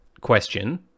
question